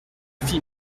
fille